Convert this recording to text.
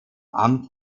amt